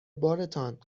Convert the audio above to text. بارتان